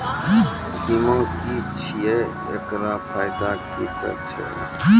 बीमा की छियै? एकरऽ फायदा की सब छै?